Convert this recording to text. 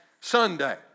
Sunday